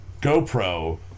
GoPro